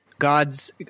God's